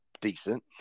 decent